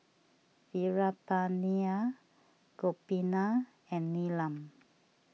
Veerapandiya Gopinath and Neelam